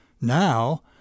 Now